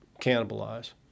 cannibalize